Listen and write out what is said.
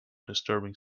disturbing